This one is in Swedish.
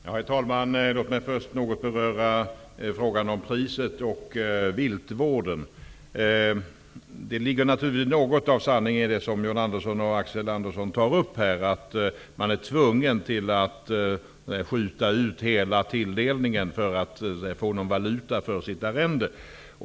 Herr talman! Låt mig först beröra frågan om priset och viltvården. Å ena sidan ligger det naturligtvis något av sanning i det som John Andersson och Axel Andersson tar upp, dvs. att man är tvungen att skjuta ut hela tilldelningen för att få valuta för sin arrendekostnad.